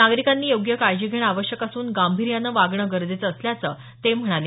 नागरिकांनी योग्य काळजी घेणं आवश्यक असून गांभीर्यानं वागणं गरजेचं असल्याचं ते म्हणाले